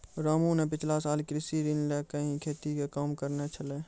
रामू न पिछला साल कृषि ऋण लैकॅ ही खेती के काम करनॅ छेलै